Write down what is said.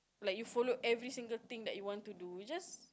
like you follow every single thing that you want to do it's just